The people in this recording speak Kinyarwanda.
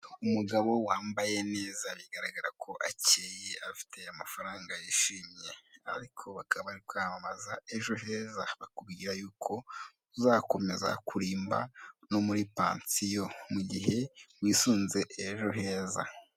Umugabo wambaye neza bigaragara ko akeye afite amafaranga yishimye, ariko baka bari kwamamaza ejo heza, bakubwira yuko uzakomeza kurimba no muri pansiyo mu gihe wisunze ejo heza.